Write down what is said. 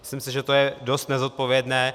Myslím si, že to je dost nezodpovědné.